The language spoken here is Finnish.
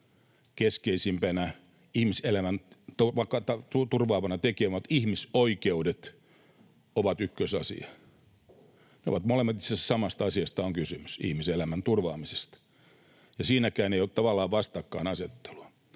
keskeisimpänä ihmiselämää turvaavana tekijänä ihmisoikeudet ovat ykkösasia. Ne ovat molemmat — itse asiassa samasta asiasta on kysymys: ihmisen elämän turvaamisesta. Ja siinäkään ei ole tavallaan vastakkainasettelua.